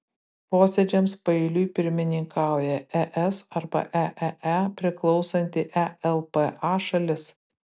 posėdžiams paeiliui pirmininkauja es arba eee priklausanti elpa šalis